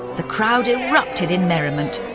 the crowd erupted in merriment,